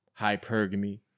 hypergamy